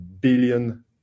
billion